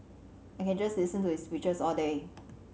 I can just listen to his speeches all day